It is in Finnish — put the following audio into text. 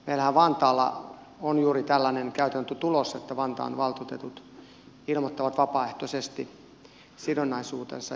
meillähän vantaalla on juuri tällainen käytäntö tulossa että vantaan valtuutetut ilmoittavat vapaaehtoisesti sidonnaisuutensa